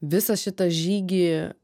visą šitą žygį